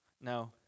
No